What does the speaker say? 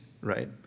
right